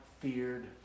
feared